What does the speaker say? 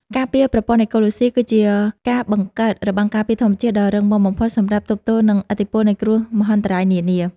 ការពារប្រព័ន្ធអេកូឡូស៊ីគឺជាការបង្កើតរបាំងការពារធម្មជាតិដ៏រឹងមាំបំផុតសម្រាប់ទប់ទល់នឹងឥទ្ធិពលនៃគ្រោះមហន្តរាយនានា។